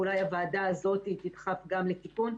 ואולי הוועדה הזאת תדחף גם לתיקון,